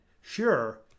sure